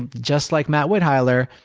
just like matt witheiler,